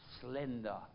slender